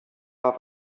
war